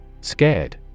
Scared